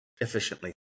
efficiently